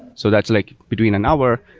so that's like between an hour,